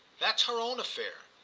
that's her own affair.